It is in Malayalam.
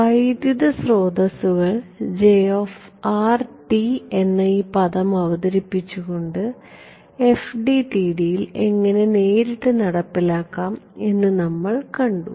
വൈദ്യുത സ്രോതസ്സുകൾ എന്ന ഈ പദം അവതരിപ്പിച്ചുകൊണ്ട് FDTD യിൽ എങ്ങനെ നേരിട്ട് നടപ്പിലാക്കാം എന്ന് നമ്മൾ കണ്ടു